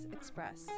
Express